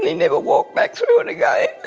never walked back through it again.